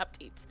updates